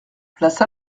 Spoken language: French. place